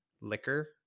liquor